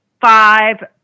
five